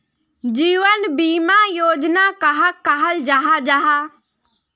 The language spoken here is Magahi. जीवन बीमा योजना कहाक कहाल जाहा जाहा?